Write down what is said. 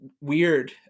weird